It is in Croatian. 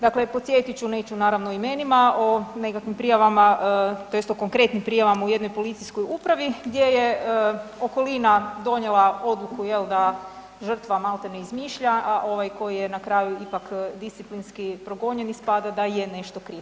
Dakle, podsjetiti ću, neću naravno o imenima, o nekakvim prijavama tj. o konkretnim prijavama u jednoj policijskoj upravi gdje je okolina donijela odluku jel da žrtva malte ne izmišlja, a ovaj koji je na kraju ipak disciplinski progonjen ispada da je nešto kriv.